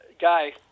guy